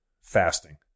fasting